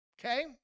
Okay